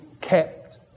kept